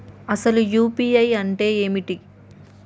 అసలు యూ.పీ.ఐ అంటే ఏమిటి?